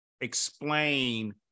explain